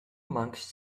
amongst